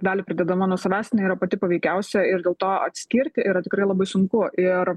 dalį pridėdama nuo savęs jinai yra pati paveikiausia ir dėl to atskirti yra tikrai labai sunku ir